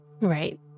Right